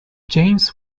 james